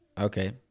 okay